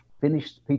Finished